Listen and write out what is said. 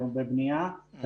כרגע הוא בבנייה,